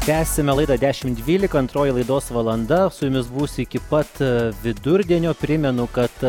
tęsiame laidą dešimt dvylika antroji laidos valanda su jumis būsiu iki pat vidurdienio primenu kad